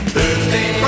Thursday